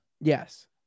Yes